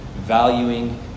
Valuing